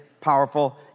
powerful